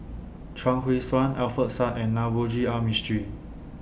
Chuang Hui Tsuan Alfian Sa'at and Navroji R Mistri